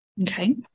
Okay